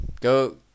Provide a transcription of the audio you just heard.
Go